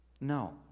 No